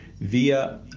via